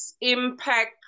impact